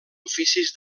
oficis